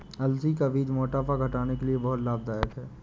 अलसी का बीज मोटापा घटाने के लिए बहुत लाभदायक है